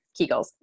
Kegels